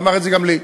ואמר את זה גם לי.